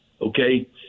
okay